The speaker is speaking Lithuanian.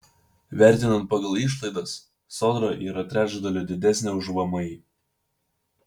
vertinant pagal išlaidas sodra yra trečdaliu didesnė už vmi